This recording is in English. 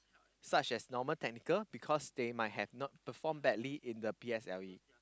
such as normal technical because they might not have perform badly in the P_S_L_E